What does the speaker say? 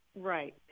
right